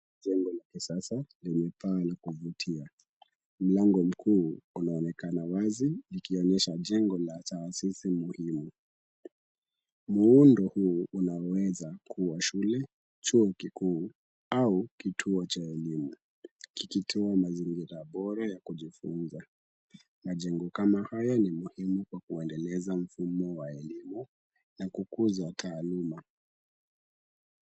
Jengo la kisasa lenye paa ya kuvutia. Mlango mkuu unaonekana wazi ikionesha jengo la chaasisi muhimu. Muundo huu unaweza kuwa shule, chuo kikuu au kituo cha elimu kikitoa mazingira bora ya kujifunza. Majengo kama haya ni muhimu kwa kuendeleza mfumo wa elimu na kukuza taaluma.